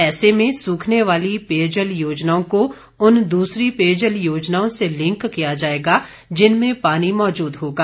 ऐसे में सूखने वाली पेयजल योजनाओं को उन दूसरी पेयजल योजनाओं से लिंक किया जाएगा जिनमें पानी मौजूद होगा